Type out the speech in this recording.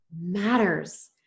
matters